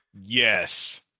Yes